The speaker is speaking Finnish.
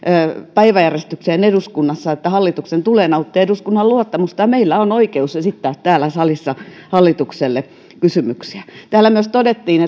päiväjärjestykseen eduskunnassa että hallituksen tulee nauttia eduskunnan luottamusta ja meillä on oikeus esittää täällä salissa hallitukselle kysymyksiä täällä myös todettiin